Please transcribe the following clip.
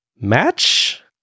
match